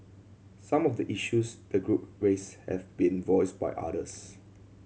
some of the issues the group raised have been voiced by others